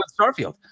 Starfield